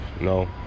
No